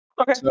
Okay